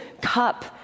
cup